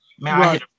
Man